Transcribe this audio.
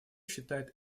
считает